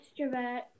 extrovert